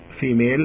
Female